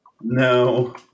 No